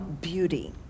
beauty